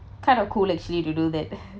kind of cool actually to do that